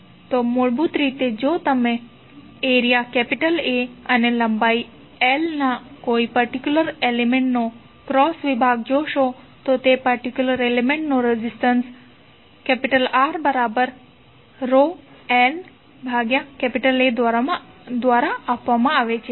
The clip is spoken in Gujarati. તો મૂળભૂત રીતે જો તમે એરિયા A અને લંબાઈ l ના કોઈ પર્ટિક્યુલર એલિમેન્ટ્ નો ક્રોસ વિભાગ જોશો તો તે પર્ટિક્યુલર એલિમેન્ટ્ નો રેઝિસ્ટન્સ RlA દ્વારા આપવામાં આવે છે